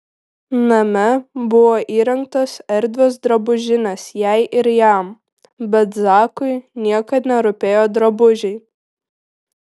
name buvo įrengtos erdvios drabužinės jai ir jam bet zakui niekad nerūpėjo drabužiai